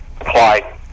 apply